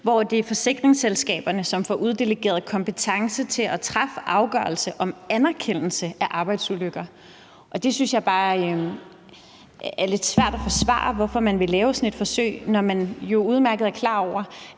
er forsikringsselskaberne, som får uddelegeret kompetence til at træffe afgørelse om anerkendelse af arbejdsulykker. Og det synes jeg bare er lidt svært at forsvare, altså hvorfor man vil lave sådan et forsøg, når man udmærket er klar over,